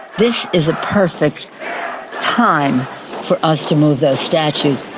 this is a perfect time for us to move those statues